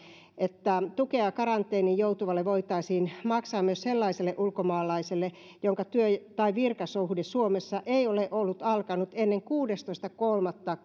että tukea karanteeniin joutuvalle voitaisiin maksaa myös sellaiselle ulkomaalaiselle jonka työ tai virkasuhde suomessa ei ole ollut alkanut ennen kuudestoista kolmatta